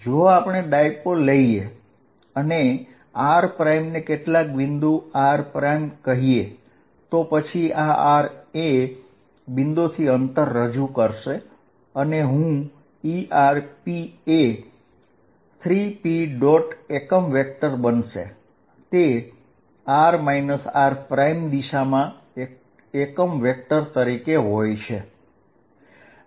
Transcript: જો આપણે r પર ડાયપોલ લઈએ તો પછી આ r એ બિંદુથી અંતર રજૂ કરશે અને આ Er એ 3p અને r r ની દિશાના યુનિટ વેક્ટરનો ગુણાકાર હશે